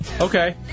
Okay